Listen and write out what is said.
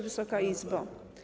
Wysoka Izbo!